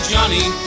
Johnny